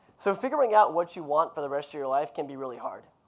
so figuring out what you want for the rest of your life can be really hard.